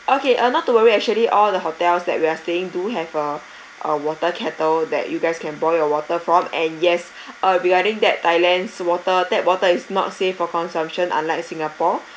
okay uh not to worry actually all the hotels that we are staying do have a uh water kettle that you guys can boil your water from and yes uh regarding that thailand's water tap water is not safe for consumption unlike singapore